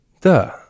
Da